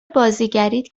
بازیگریت